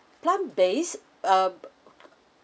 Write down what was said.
plant based um